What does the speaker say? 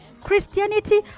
Christianity